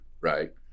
right